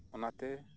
ᱚᱱᱟᱛᱮ